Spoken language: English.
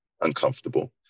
uncomfortable